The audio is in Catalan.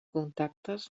contactes